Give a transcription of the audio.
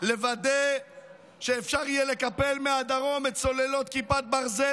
לוודא שאפשר יהיה לקפל מהדרום את סוללות כיפת ברזל,